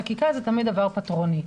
חקיקה זה תמיד דבר פטרוני,